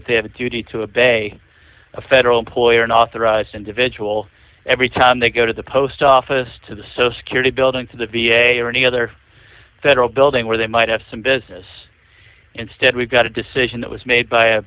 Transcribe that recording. that they have a duty to a day a federal employer an authorized individual every time they go to the post office to the so security building to the v a or any other federal building where they might have some business instead we've got a decision that was made by a